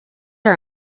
are